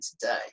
today